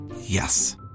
Yes